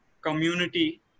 community